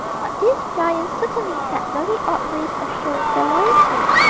but these giants certainly had very odd ways of showing their loyalty,